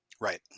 Right